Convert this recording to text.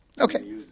Okay